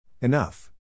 enough